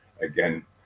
again